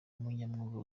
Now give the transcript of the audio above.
umunyamwuga